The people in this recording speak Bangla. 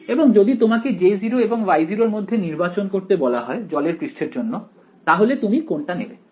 এবং যদি তোমাকে J0 এবং Y0 এর মধ্যে নির্বাচন করতে বলা হয় জলের পৃষ্ঠের জন্য তাহলে তুমি কোনটা নেবে